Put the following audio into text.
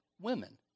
women